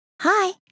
Hi